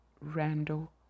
Randall